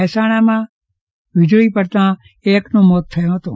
મહેસાણામાં વીજળી પડતા એકનું મોત થયુ હતુ